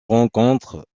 rencontre